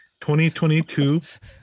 2022